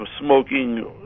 smoking